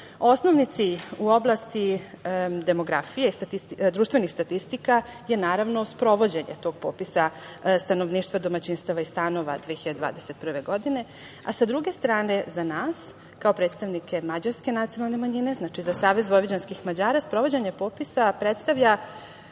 osnovni cilj u oblasti demografije, društvenih statistika je naravno sprovođenje tog popisa stanovništva, domaćinstava i stanova 2021. godine. S druge strane, za nas kao predstavnike mađarske nacionalne manjine, znači za SVM sprovođenje popisa predstavlja